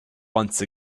once